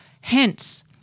hence